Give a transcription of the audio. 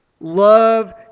Love